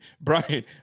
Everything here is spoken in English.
Brian